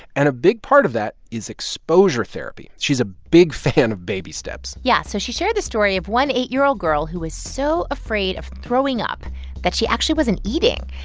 and a big part of that is exposure therapy. she's a big fan of baby steps yeah. so she shared the story of one eight year old girl who was so afraid of throwing up that she actually wasn't eating.